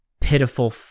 pitiful